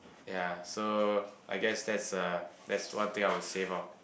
ya so I guess that's uh that's one thing I will save lor